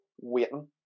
waiting